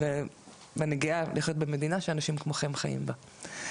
ואני גאה לחיות במדינה שאנשים כמוכם חיים בה.